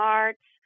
arts